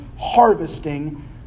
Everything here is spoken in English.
harvesting